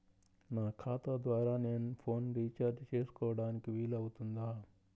నా ఖాతా ద్వారా నేను ఫోన్ రీఛార్జ్ చేసుకోవడానికి వీలు అవుతుందా?